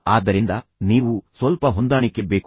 ಆದ್ದರಿಂದ ನೀವು ಸ್ವಲ್ಪ ಹೊಂದಾಣಿಕೆ ಬೇಕು